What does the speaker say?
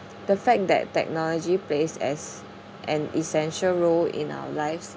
the fact that technology plays as an essential role in our lives